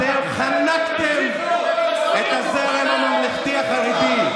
אתם חנקתם את הזרם הממלכתי החרדי,